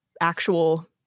actual